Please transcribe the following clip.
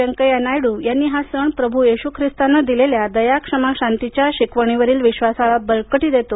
व्यंकय्या नायडू यांनी हा सण प्रभू येशू ख्रिस्तानं दिलेल्या दया क्षमा शांतीच्या शिकवणीवरील विश्वासाला बळकटी देतो